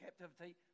captivity